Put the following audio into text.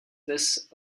this